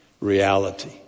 reality